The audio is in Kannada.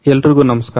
ಎಲ್ರಿಗೂ ನಮಸ್ಕಾರ